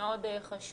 זה מאוד חשוב